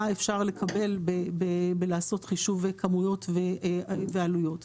אפשר לקבל בלעשות חישוב כמויות ועלויות.